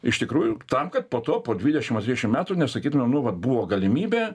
iš tikrųjų tam kad po to po dvidešimt ar trisdešimt metų nesakytumėm nu vat buvo galimybė